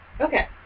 Okay